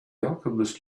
alchemist